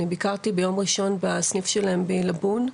אני ביקרתי ביום ראשון בסניף שלהם בעילבון,